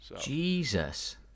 Jesus